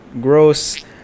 gross